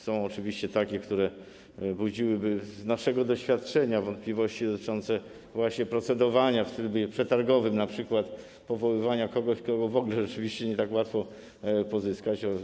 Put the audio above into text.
Są oczywiście takie kwestie, które budziłyby z naszego doświadczenia wątpliwości dotyczące właśnie procedowania w trybie przetargowym, np. powoływania kogoś, kogo w ogóle rzeczywiście nie tak łatwo pozyskać.